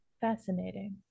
Fascinating